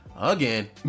again